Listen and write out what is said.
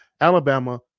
Alabama